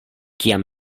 kiam